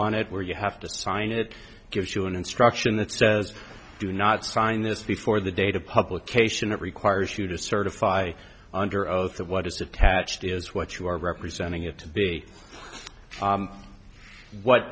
on it where you have to sign it gives you an instruction that says do not sign this before the date of publication it requires you to certify under oath that what is attached is what you are representing it to be what